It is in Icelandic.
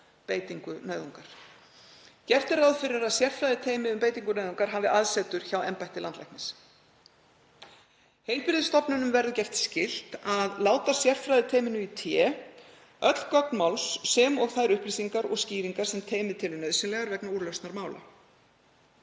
beitingu nauðungar. Gert er ráð fyrir að sérfræðiteymi um beitingu nauðungar hafi aðsetur hjá embætti landlæknis. Heilbrigðisstofnunum er skylt að láta sérfræðiteyminu í té öll gögn máls, sem og þær upplýsingar og skýringar sem teymið telur nauðsynlegar vegna úrlausnar mála.